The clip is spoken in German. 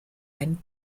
ein